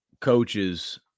coaches